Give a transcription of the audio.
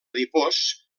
adipós